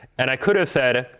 and i could have said,